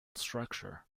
structure